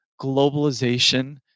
globalization